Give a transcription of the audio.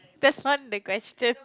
that's not the question